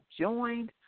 joined